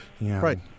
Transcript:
Right